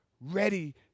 ready